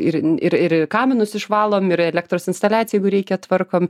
ir ir ir ir kaminus išvalom ir elektros instaliaciją jeigu reikia tvarkom